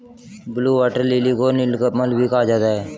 blue water lily को नीलकमल भी कहा जाता है